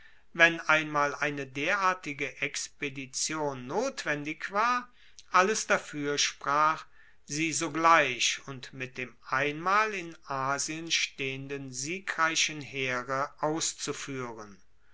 wenn einmal eine derartige expedition notwendig war alles dafuer sprach sie sogleich und mit dem einmal in asien stehenden siegreichen heere auszufuehren